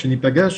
כשניפגש,